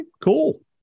cool